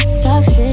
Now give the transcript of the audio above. toxic